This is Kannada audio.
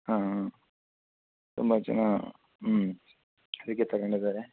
ಹಾಂ ಹಾಂ ತುಂಬ ಜನ ಹ್ಞೂಂ ಟಿಕೆಟ್ ತಗೊಂಡಿದಾರೆ